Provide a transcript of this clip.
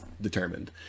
determined